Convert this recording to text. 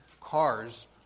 cars